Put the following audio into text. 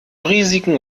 risiken